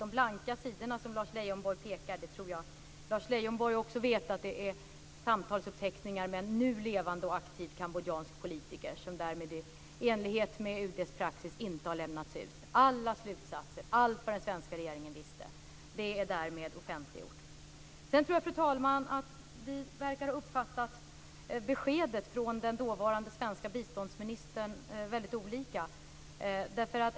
De blanka sidor, som Lars Leijonborg pekade ut, det tror jag Lars Leijonborg också vet är samtalsuppteckningar med nu levande och aktiva kambodjanska politiker, som i enlighet med UD:s praxis inte har lämnats ut. Alla slutsatser, allt vad den svenska regeringen visste är därmed offentliggjort. Sedan tror jag, fru talman, att vi verkar ha uppfattat beskedet från den dåvarande svenska biståndsministern väldigt olika.